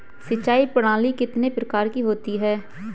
सिंचाई प्रणाली कितने प्रकार की होती हैं?